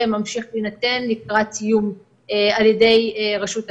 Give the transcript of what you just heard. וממשיך להינתן לקראת סיום על-ידי רשות המיסים.